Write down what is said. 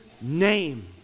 name